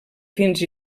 fins